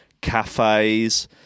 cafes